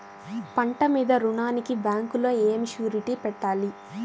పంట మీద రుణానికి బ్యాంకులో ఏమి షూరిటీ పెట్టాలి?